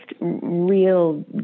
real